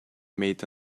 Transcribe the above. made